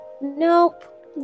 nope